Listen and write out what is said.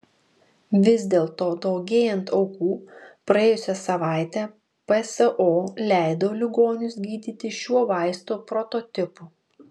vis dėlto daugėjant aukų praėjusią savaitę pso leido ligonius gydyti šiuo vaisto prototipu